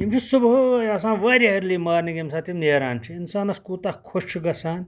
یِم چھِ صبُحٲے آسان واریاہ أرلی مارنِگ ییٚمہِ ساتہٕ یِم نیران چھِ اِنسانَس کوٗتاہ خۄش چھُ گژھان